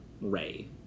Ray